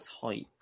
type